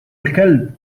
الكلب